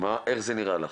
איך זה נראה לך?